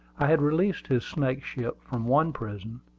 i had released his snakeship from one prison,